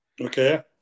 Okay